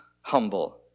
humble